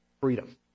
freedom